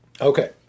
Okay